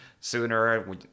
sooner